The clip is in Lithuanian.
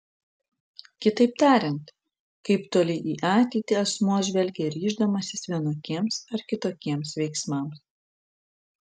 kitaip tariant kaip toli į ateitį asmuo žvelgia ryždamasis vienokiems ar kitokiems veiksmams